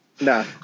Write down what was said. no